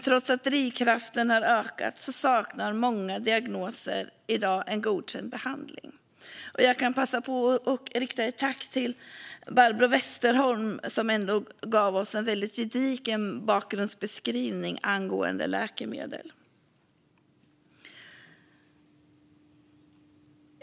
Trots att drivkraften har ökat saknar många diagnoser i dag en godkänd behandling. Jag kan passa på att rikta ett tack till Barbro Westerholm som gav oss en väldigt gedigen bakgrundsbeskrivning angående läkemedel.